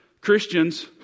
Christians